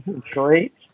Great